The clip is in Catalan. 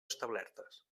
establertes